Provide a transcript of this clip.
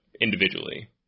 individually